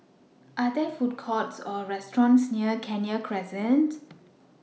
Are There Food Courts Or restaurants near Kenya Crescent